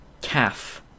Calf